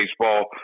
baseball